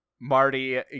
Marty